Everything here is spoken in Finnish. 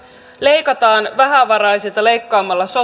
leikataan vähävaraisilta leikkaamalla